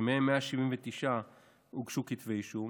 שמהם ל-179 הוגשו כתבי אישום.